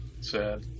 Sad